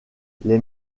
les